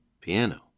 Piano